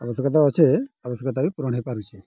ଆବଶ୍ୟକତା ଅଛେ ଆବଶ୍ୟକତା ବି ପୂରଣ ହେଇପାରୁଛେ